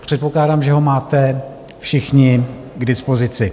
Předpokládám, že ho máte všichni k dispozici.